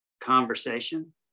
conversation